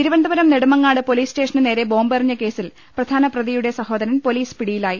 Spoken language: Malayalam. തിരുവനന്തപുരം നെടുമങ്ങാട് പോലീസ് സ്റ്റേഷന് നേരെ ബോംബെറിഞ്ഞ കേസിൽ പ്രധാന്യ പ്രതിയുടെ സഹോദരൻ പോലീസ് പിടിയിലായി